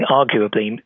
arguably